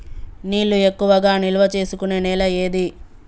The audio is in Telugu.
నీళ్లు ఎక్కువగా నిల్వ చేసుకునే నేల ఏది?